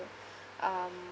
um